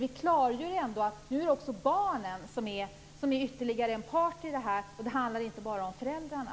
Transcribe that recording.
Vi klargör nämligen att nu är barnen ytterligare en part i det här. Det handlar inte bara om föräldrarna.